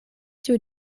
tiu